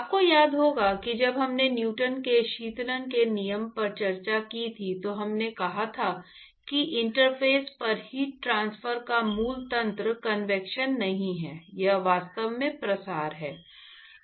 आपको याद होगा कि जब हमने न्यूटन के शीतलन के नियम पर चर्चा की थी तो हमने कहा था कि इंटरफ़ेस पर हीट ट्रांसफर का मूल तंत्र कन्वेक्शन नहीं है यह वास्तव में प्रसार है